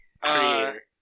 creator